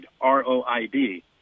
R-O-I-D